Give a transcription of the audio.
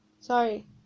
Sorry